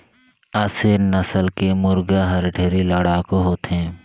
असेल नसल के मुरगा हर ढेरे लड़ाकू होथे